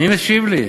מי משיב לי?